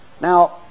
Now